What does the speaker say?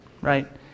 right